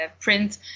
print